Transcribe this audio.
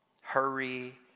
hurry